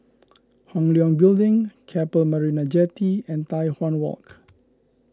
Hong Leong Building Keppel Marina Jetty and Tai Hwan Walk